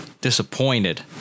disappointed